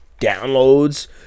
Downloads